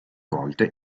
volte